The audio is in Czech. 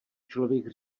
člověk